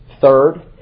Third